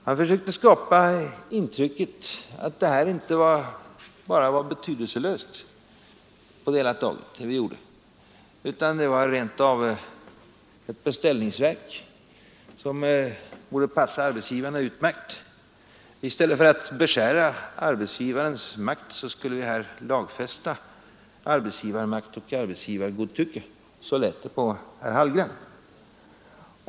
Han försökte skapa intrycket att det vi gjorde inte bara var betydelselöst på det hela taget utan rent av var ett beställningsverk som borde passa arbetsgivarna utmärkt. I stället för att beskära arbetsgivarens makt skulle det här lagfästa arbetsgivarmakt och arbetsgivargodtycke — så lät det på herr Hallgren.